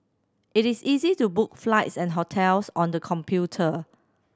it is easy to book flights and hotels on the computer